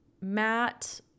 Matt